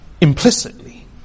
Implicitly